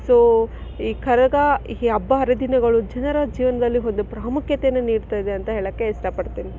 so ಈ ಕರಗ ಈ ಹಬ್ಬ ಹರಿದಿನಗಳು ಜನರ ಜೀವನದಲ್ಲಿ ಒಂದು ಪ್ರಾಮುಖ್ಯತೆಯನ್ನು ನೀಡ್ತದೆ ಅಂತ ಹೇಳೋಕ್ಕೆ ಇಷ್ಟ ಪಡ್ತೀನಿ